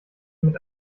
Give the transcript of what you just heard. mit